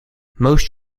most